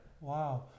Wow